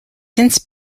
since